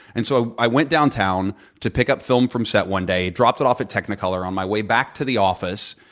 and so, i went downtown to pick up film from set one day, dropped it off at technicolor. on my way back to the office,